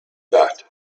that